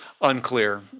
unclear